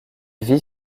vit